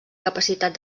capacitat